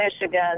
Michigan